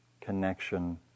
connection